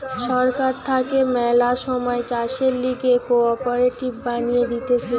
সরকার থাকে ম্যালা সময় চাষের লিগে কোঅপারেটিভ বানিয়ে দিতেছে